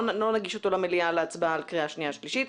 לא נגיש אותו למליאה להצבעה בקריאה שנייה ושלישית.